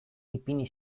ipini